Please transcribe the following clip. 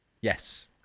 Yes